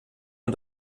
und